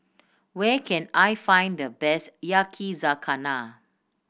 where can I find the best Yakizakana